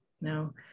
No